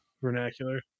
Vernacular